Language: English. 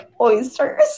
Oysters